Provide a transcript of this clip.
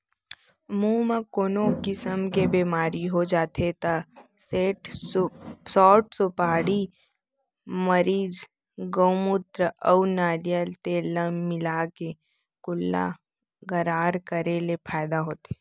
मुंह म कोनो किसम के बेमारी हो जाथे त सौंठ, सुपारी, मरीच, गउमूत्र अउ नरियर तेल ल मिलाके कुल्ला गरारा करे ले फायदा होथे